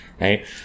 right